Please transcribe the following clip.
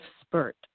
spurt